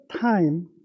time